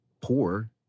poor